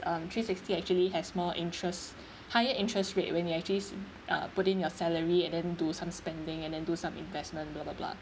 um three sixty actually has more interest higher interest rate when you actually si~ uh put in your salary and then do some spending and then do some investment blah blah blah